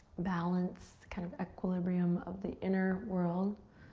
balance, kind of equilibrium of the inner world.